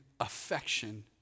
affection